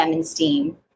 STEAM